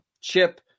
chip